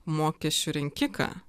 mokesčių rinkiką